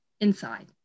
inside